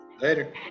Later